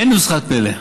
אין נוסחת פלא,